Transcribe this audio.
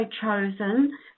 chosen